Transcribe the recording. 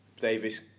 Davis